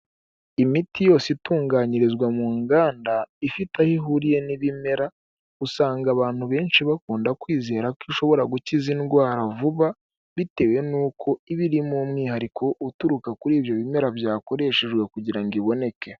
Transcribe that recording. Imiti yose itunganyirizwa mu nganda ifite aho ihuriye n'ibimera usanga abantu benshi bakunda kwizera ko ishobora gukiza indwara vuba bitewe n'uko iba irimo umwihariko uturuka kuri ibyo bimera byakoreshejwe kugira ngo iboneke.